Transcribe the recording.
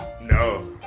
No